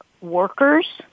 workers